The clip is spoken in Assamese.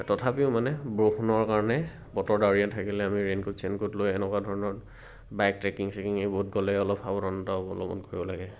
তথাপিও মানে বৰষুণৰ কাৰণে বতৰ ডাৱৰীয়া থাকিলে আমি ৰেইন কোট চেনকোট লৈ এনেকুৱা ধৰণৰ বাইক ট্ৰেকিং চেকিং এই বহুত গ'লে অলপ সাৱধানতা অৱলম্বন কৰিব লাগে